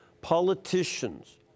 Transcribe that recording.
politicians